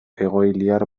egoiliar